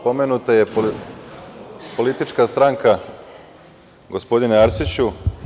Pomenuta je politička stranka, gospodine Arsiću.